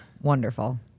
Wonderful